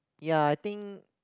ya I think